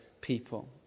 people